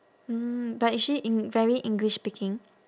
mm but is she eng~ very english speaking